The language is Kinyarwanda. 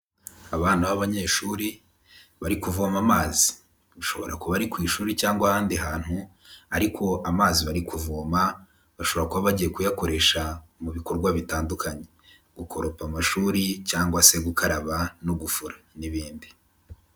Abana b'abanyeshuri bari kuvoma amazi, bishobora kuba ari ku ishuri cyangwa ahandi hantu ariko amazi bari kuvoma bashobora kuba bagiye kuyakoresha mu bikorwa bitandukanye, gukoropa amashuri cyangwa se gukaraba no gufura n'ibindi.